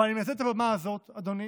אבל אני מנצל את הבמה הזאת, אדוני,